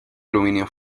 aluminio